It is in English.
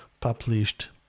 published